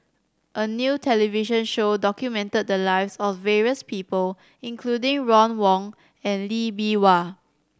a new television show documented the lives of various people including Ron Wong and Lee Bee Wah